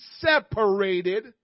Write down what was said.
separated